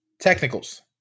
technicals